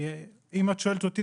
אם את שואלת אותי,